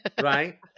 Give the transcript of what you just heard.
Right